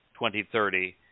2030